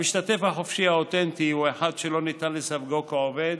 המשתתף החופשי האותנטי הוא אחד שלא ניתן לסווגו כעובד,